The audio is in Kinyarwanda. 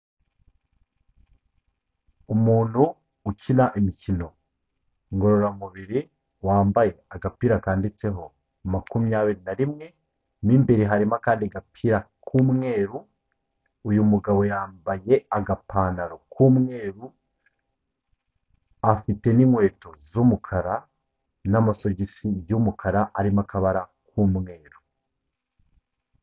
Umuntu ukina imikino ingororamubiri wambaye agapira kanditseho makumyabiri na rimwe, mo imbere harimo akandi gapira k'umweru, uyu mugabo yambaye agapantaro k'umweru afite n'inkweto z'umukara n'amasogisi by'umukara harimo akabara k'umweru.